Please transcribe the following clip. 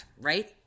right